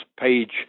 page